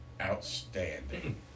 Outstanding